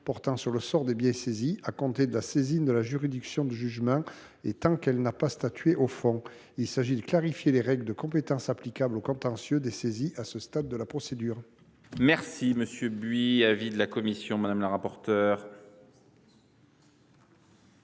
portant sur le sort des biens saisis, à compter de la saisine de la juridiction de jugement et tant qu’elle n’a pas statué au fond. Il s’agit de clarifier les règles de compétence applicables au contentieux des saisies à ce stade de la procédure. Quel est l’avis de la commission ? Par cet